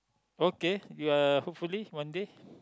okay you are hopefully one day